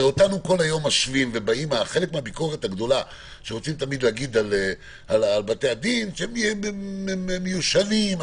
תמיד הביקורת על בתי-הדין היא שהם מיושנים.